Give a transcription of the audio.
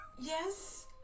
Yes